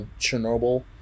Chernobyl